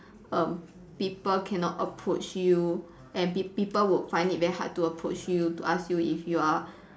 um people cannot approach you and peop~ people would find it very hard to approach you to ask you if you are